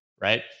right